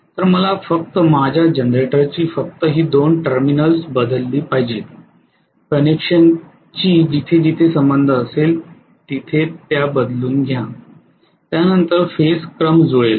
तर मला फक्त माझ्या जनरेटरची फक्त ही दोन टर्मिनल्स बदलली पाहिजेत कनेक्शनची जिथे जिथे संबंध असेल तेथे त्या बदलून घ्या त्यानंतर फेज क्रम जुळेल